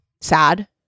sad